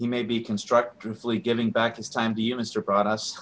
you may be constructively giving back it's time to you mr brought us